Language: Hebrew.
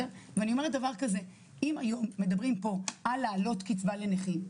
אם היו מדברים פה על העלאת קצבה לנכים,